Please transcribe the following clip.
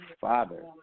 father